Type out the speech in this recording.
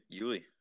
Yuli